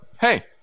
hey